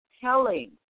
telling